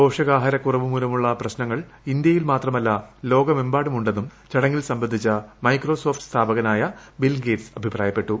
പോഷകാഹാരക്കുറവ് മൂലമുള്ള പ്രശ്നങ്ങൾ ഇന്ത്യയിൽ മാത്രമല്ല ലോകമെമ്പാടുമുണ്ടെന്നും ചടങ്ങിൽ സംബന്ധിച്ചു മൈക്രോ സോഫ്റ്റ് സ്ഥാപകനായ ബിൽഗേറ്റ്സ് അഭിപ്രായപ്പെട്ടു